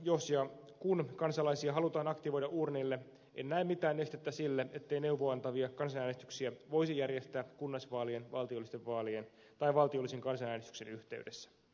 jos ja kun kansalaisia halutaan aktivoida uurnille en näe mitään estettä sille että neuvoa antavia kansanäänestyksiä voisi järjestää kunnallisvaalien valtiollisten vaalien tai valtiollisen kansanäänestyksen yhteydessä